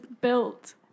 built